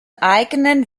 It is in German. eigenen